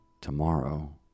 Tomorrow